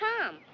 come